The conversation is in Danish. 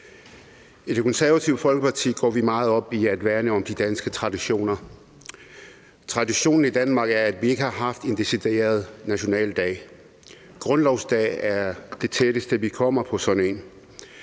I Det Konservative Folkeparti går vi meget op i at værne om de danske traditioner. Traditionen i Danmark er, at vi ikke har haft en decideret nationaldag. Grundlovsdag er det tætteste, vi kommer på sådan en.